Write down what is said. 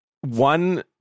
one